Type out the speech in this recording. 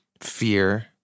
fear